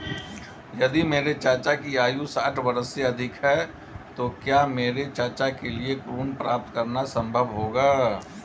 यदि मेरे चाचा की आयु साठ वर्ष से अधिक है तो क्या मेरे चाचा के लिए ऋण प्राप्त करना संभव होगा?